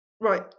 right